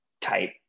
type